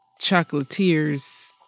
chocolatiers